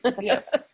yes